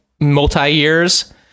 multi-years